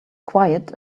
quiet